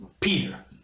Peter